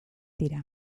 dira